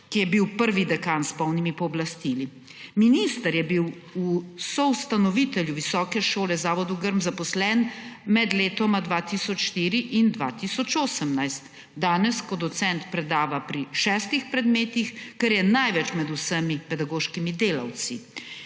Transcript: ki je bil prvi dekan s polnimi pooblastili. Minister je bil soustanovitelj Visoke šole zavodu Grm, zaposlen med leti 2004 in 2018, danes kot docent predava pri šestih predmetih, kar je največ med vsemi pedagoškimi delavci.